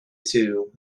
two